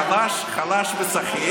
חלש וסחיט.